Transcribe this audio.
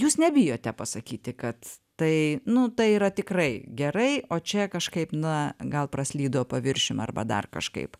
jūs nebijote pasakyti kad tai nu tai yra tikrai gerai o čia kažkaip na gal praslydo paviršium arba dar kažkaip